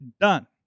done